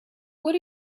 what